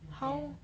and then